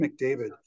McDavid